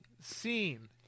scene